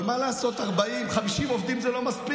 אבל מה לעשות, 40 50 עובדים זה לא מספיק.